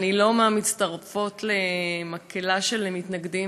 אני לא מהמצטרפים למקהלה של מתנגדים